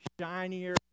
shinier